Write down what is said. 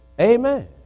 Amen